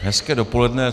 Hezké dopoledne.